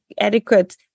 adequate